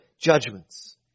judgments